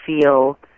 feel